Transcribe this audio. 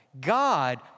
God